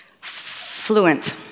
fluent